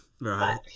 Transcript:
Right